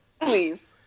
please